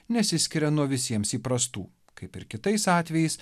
nesiskiria nuo visiems įprastų kaip ir kitais atvejais